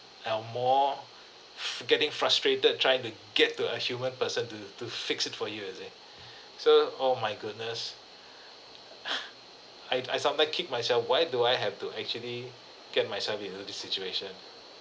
or more f~ getting frustrated trying to get to a human person to to fix it for you you see so oh my goodness I I sometime I kick myself why do I have to actually get myself into this situation